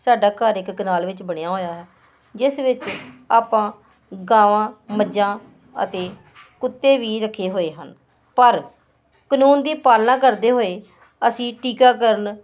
ਸਾਡਾ ਘਰ ਇੱਕ ਕਨਾਲ ਵਿੱਚ ਬਣਿਆ ਹੋਇਆ ਜਿਸ ਵਿੱਚ ਆਪਾਂ ਗਾਵਾਂ ਮੱਝਾਂ ਅਤੇ ਕੁੱਤੇ ਵੀ ਰੱਖੇ ਹੋਏ ਹਨ ਪਰ ਕਾਨੂੰਨ ਦੀ ਪਾਲਣਾ ਕਰਦੇ ਹੋਏ ਅਸੀਂ ਟੀਕਾਕਰਨ